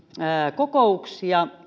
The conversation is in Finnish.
kokouksia